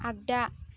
आगदा